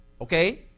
Okay